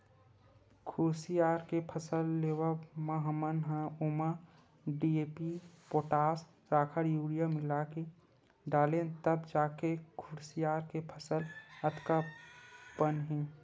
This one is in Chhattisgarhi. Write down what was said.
कुसियार के फसल लेवब म हमन ह ओमा डी.ए.पी, पोटास, राखड़, यूरिया मिलाके डालेन तब जाके कुसियार के फसल अतका पन हे